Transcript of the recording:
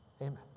Amen